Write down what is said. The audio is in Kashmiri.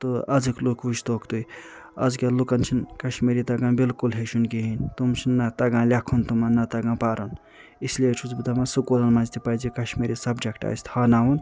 تہٕ آزٕکۍ لوٗکھ وُچھتہٕ ہوکھ تُہۍ آزکیٚن لوٗکن چھُنہٕ کشمیری تگان بلکل ہیٚچھُن کِہیٖنۍ تِم چھِنہٕ نَہ تگان لیٚکُھن تِمن نَہ تگان پرُن اِس لیے چھُس بہٕ دَپان سُکوٗلن منٛز تہِ پَزِ یہِ کشمیری سبجیٚکٹہٕ اسہِ تھاوناوُن